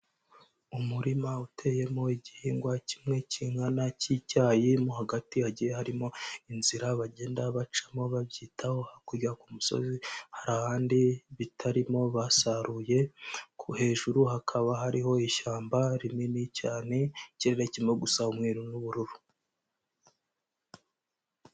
Umurima uteyemo igihingwa kimwe cy'ingana cy'icyayi, mo hagati hagiye harimo inzira, bagenda bacamo babyitaho, hakurya ku musozi hari ahandi bitarimo basaruye, hejuru hakaba hariho ishyamba rinini cyane, ikirere kirimo gusa umweru n'ubururu.